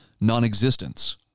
non-existence